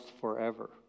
forever